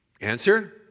Answer